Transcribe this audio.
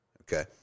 okay